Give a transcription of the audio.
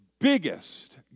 biggest